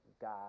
God